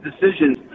decisions